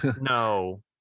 No